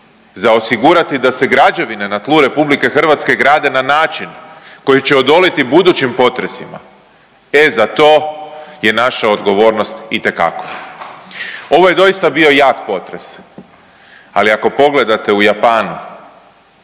za osigurati da se građevine na tlu RH grade na način koji će odoliti budućim potresima, e za to je naša odgovornost itekakva. Ovo je doista bio jak potres, ali ako pogledate u Japanu